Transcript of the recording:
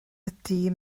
ydy